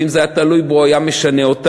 ואם זה היה תלוי בו הוא היה משנה אותם,